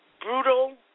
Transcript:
brutal